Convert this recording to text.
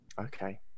okay